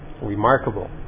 remarkable